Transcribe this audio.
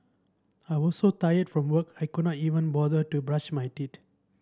I was so tired from work I could not even bother to brush my teeth